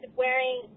wearing